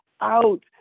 out